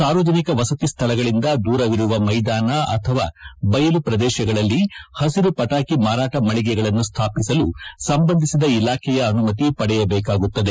ಸಾರ್ವಜನಿಕ ವಸತಿ ಸ್ಥಳಗಳಿಂದ ದೂರವಿರುವ ಮೈದಾನ ಅಥವಾ ಬಯಲು ಪ್ರದೇಶಗಳಲ್ಲಿ ಹಸಿರು ಪಟಾಕಿ ಮಾರಾಟ ಮಳಿಗೆಗಳನ್ನು ಸ್ವಾಪಿಸಲು ಸಂಬಂಧಿಸಿ ಇಲಾಖೆಯ ಅನುಮತಿ ಪಡೆಯಬೇಕಾಗುತ್ತದೆ